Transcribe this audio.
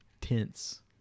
tense